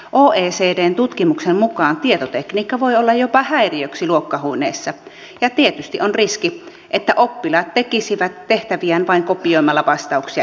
oecdn tutkimuksen mukaan tietotekniikka voi olla jopa häiriöksi luokkahuoneessa ja tietysti on riski että oppilaat tekisivät tehtäviään vain kopioimalla vastauksia internetistä